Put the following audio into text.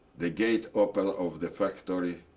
the gate opened of the factory.